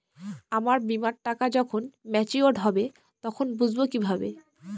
আমার বীমার টাকা যখন মেচিওড হবে তখন বুঝবো কিভাবে?